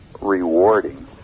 rewarding